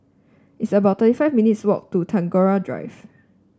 it's about thirty five minutes' walk to Tagore Drive